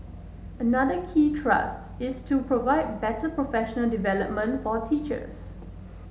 another key thrust is to provide better professional development for teachers